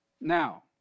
Now